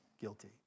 guilty